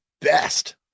best